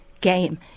game